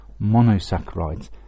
monosaccharides